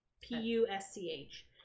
P-U-S-C-H